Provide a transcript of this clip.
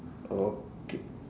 okay